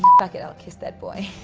ck it i'll kiss that boy